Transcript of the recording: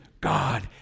God